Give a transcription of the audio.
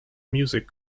music